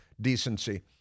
decency